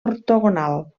ortogonal